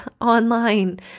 online